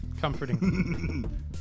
comforting